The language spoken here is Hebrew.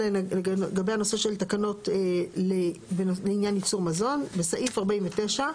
לגבי הנושא של תקנות לעניין ייצור מזון (16) בסעיף 49,